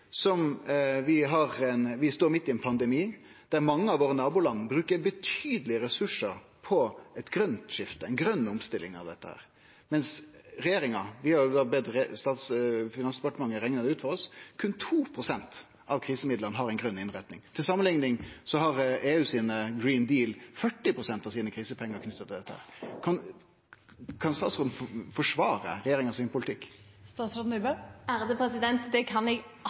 som vi står midt i ein pandemi, der mange av våre naboland bruker betydelege ressursar på eit grønt skifte, ei grøn omstilling. Vi har bedt Finansdepartementet rekne det ut for oss, og berre 2 pst. av krisemidlane har ei grøn innretning. Til samanlikning har EUs «Green Deal» 40 pst. av krisepengane knytte til dette. Kan statsråden forsvare regjeringa sin politikk? Det kan jeg absolutt. Det